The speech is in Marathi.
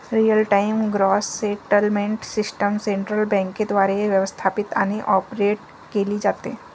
real time gross settlement system central बँकेद्वारे व्यवस्थापित आणि ऑपरेट केली जाते